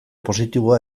positiboa